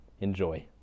enjoy